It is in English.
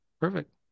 Perfect